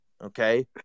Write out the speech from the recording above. okay